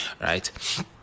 right